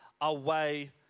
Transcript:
away